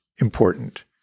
important